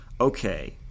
okay